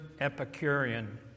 Epicurean